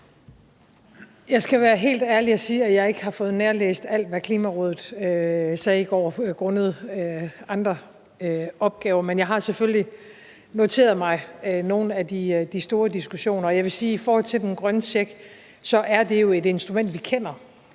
Jeg skal være helt ærlig og sige, at jeg ikke har fået nærlæst alt, hvad Klimarådet sagde i går, grundet andre opgaver, men jeg har selvfølgelig noteret mig nogle af de store diskussioner. Jeg vil sige i forhold til den grønne check, at det er et instrument, vi kender,